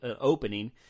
opening